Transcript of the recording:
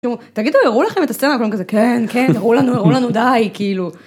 תגידו הראו לכם את הסצנה כזה, כן כן הראו לנו הראו לנו די כאילו.